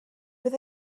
bydd